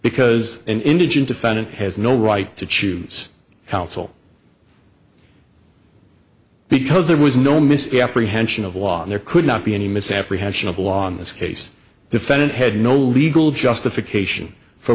because an indigent defendant has no right to choose counsel because there was no misty apprehension of law and there could not be any misapprehension of the law in this case defendant had no legal justification for